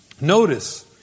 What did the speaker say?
notice